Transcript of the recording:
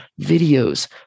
videos